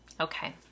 Okay